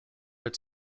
its